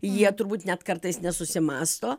jie turbūt net kartais nesusimąsto